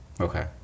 okay